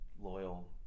loyal